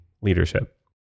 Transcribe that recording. leadership